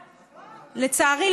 לצערי,